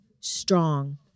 strong